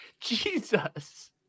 Jesus